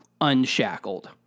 unshackled